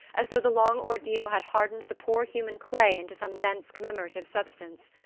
as though the long ordeal had hardened the poor human clay into some dense commemorative substance.